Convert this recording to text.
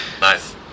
nice